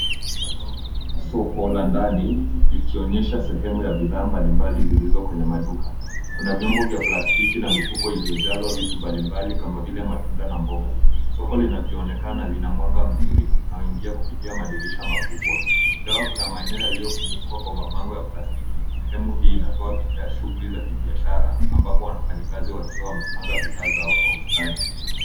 Hapa naona soko la ndani likionyesha sehemu ya bidhaa mbalimbali zilizo kwenye maduka. Kuna vyombo vya plastiki na mifuko iliyojazwa vitu mbalimbali kama vile matunda na mboga. Soko linavyoonekana lina mwanga mzuri unaoingia kupitia madirisha makubwa. Ingawa kuna maeneno yaliyofunikwa kwa mabango ya plastiki, sehemu hii inaonyesha picha ya shughuli za kibiashara ambapo wafanyi kazi wakiwa wamepanga bidhaa zao kwa ustadi.